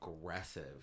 aggressive